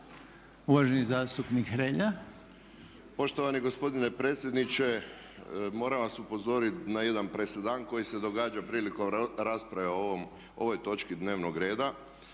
Silvano (HSU)** Poštovani gospodine predsjedniče, moram vas upozoriti na jedan presedan koji se događa prilikom rasprave o ovoj točki dnevnog reda.